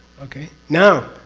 okay? now,